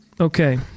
Okay